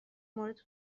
مورد